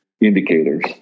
indicators